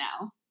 now